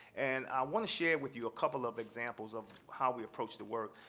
and i want to share with you a couple of examples of how we approach the work.